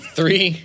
Three